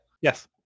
yes